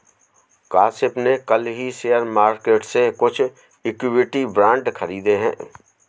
काशिफ़ ने कल ही शेयर मार्केट से कुछ इक्विटी बांड खरीदे है